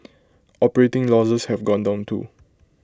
operating losses have gone down too